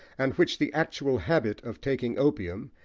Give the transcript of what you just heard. and which the actual habit of taking opium,